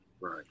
Right